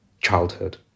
childhood